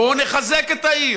בואו נחזק את העיר,